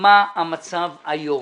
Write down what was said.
מה המצב היום?